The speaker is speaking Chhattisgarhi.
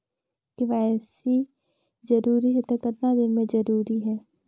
के.वाई.सी जरूरी हे तो कतना दिन मे जरूरी है?